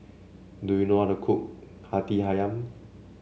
do you know how to cook Hati ayam